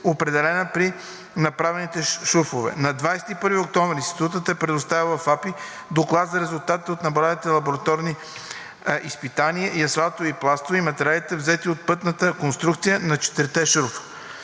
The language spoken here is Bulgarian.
определена при направените шурфове. На 21 октомври Институтът е предоставил в АПИ доклад за резултатите от направените лабораторни изпитания и асфалтови пластове и материалите, взети от пътната конструкция на четирите шурфа.